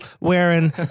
wearing